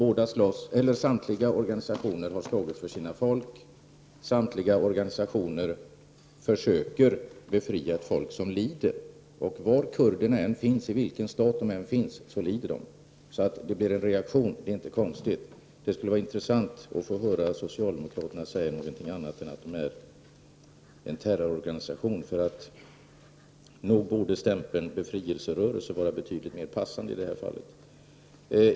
Samtliga dessa organisationer har slagits för sina folk, och de försöker alla befria ett folk som lider. I vilken stat kurderna än finns så lider de. Att det blir en reaktion är inte konstigt. Det vore intressant att få höra socialdemokraterna säga något annat än att PKK är en terrororganisation. Nog borde benämningen befrielseorganisation vara betydligt mer passande i detta fall.